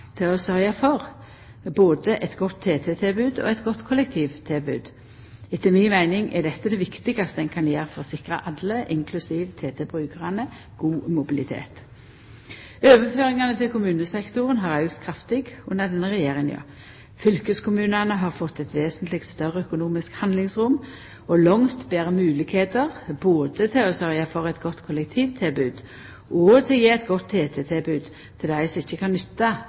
til å sørgja for både eit godt TT-tilbod og eit godt kollektivtilbod. Etter mi meining er dette det viktigaste ein kan gjera for å sikra alle, inklusiv TT-brukarane, god mobilitet. Overføringane til kommunesektoren har auka kraftig under denne regjeringa. Fylkeskommunane har fått eit vesentleg større økonomisk handlingsrom og langt betre moglegheiter både til å sørgja for eit godt kollektivtilbod og til å gje eit godt TT-tilbod til dei som ikkje kan nytta